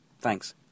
thanks